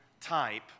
type